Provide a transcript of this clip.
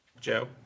Joe